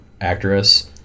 actress